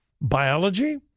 biology